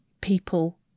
people